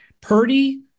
Purdy